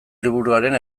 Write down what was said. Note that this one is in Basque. liburuaren